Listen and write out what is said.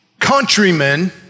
countrymen